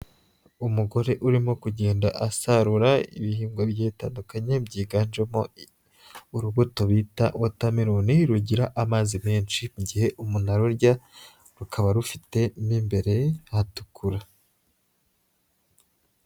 Umugore urimo kugenda asarura ibihingwa bigiye bitandukanye, byiganjemo urubuto bita watermelon rugira amazi menshi mu igihe umuntu arurya, rukaba rufite mo imbere hatukura.